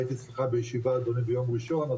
והייתי אצלך בישיבה אדוני ביום ראשון,